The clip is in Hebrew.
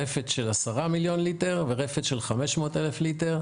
רפת של 10 מיליון ליטר ורפת של 500,000 ליטר.